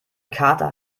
kater